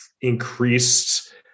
increased